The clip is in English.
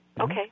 Okay